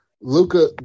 Luca